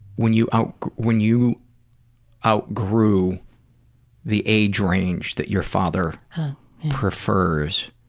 when you um when you outgrew the age range that your father prefers